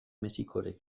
mexikoren